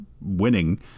winning